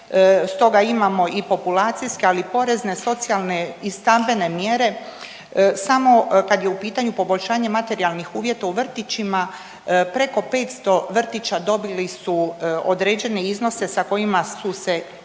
stoga imamo i populacijske, ali i porezne, socijalne i stambene mjere. Samo kad je u pitanju poboljšanje materijalnih uvjeta u vrtićima preko 500 vrtića dobili su određene iznose sa kojima su se ili